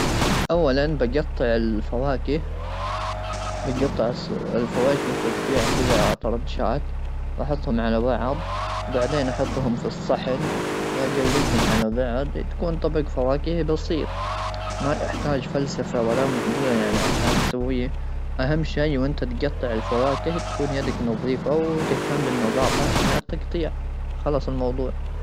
الكتب طبعا يتم تنظيمها عن طريق الحروف الابجديه يعني مثلا احط اللي تبدا بالحرف بالحرف الف في مكان معين احط مثلا عن انظمه عن طريق الموضوعات احد الكتب المتعلقه بالادب في مكان الكتب المتعلقه بالفن في مكان الكتب المعلقه المتعلقه بالقسم الديني في مكان اخر وهكذا يتم تنظيمها حسب موضوعاتها.